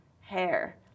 hair